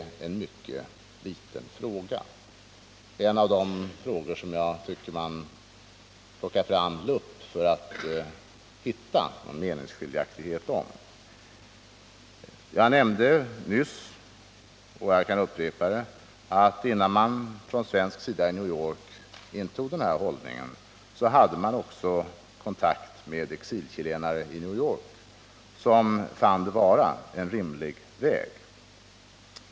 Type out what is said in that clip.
Jag tycker man får plocka fram lupp för att hitta några meningsskiljaktigheter i denna fråga. Jag nämnde nyss - och jag kan upprepa det att innan man från svensk sida i New York intog denna hållning hade man också kontakt med exilchilenare i New York, som fann det vara en rimlig väg.